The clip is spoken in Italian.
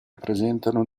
presentano